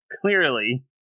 Clearly